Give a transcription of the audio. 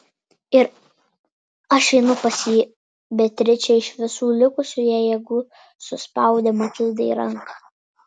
ir aš einu pas jį beatričė iš visų likusių jai jėgų suspaudė matildai ranką